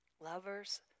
Lovers